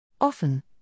Often